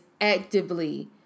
actively